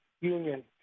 union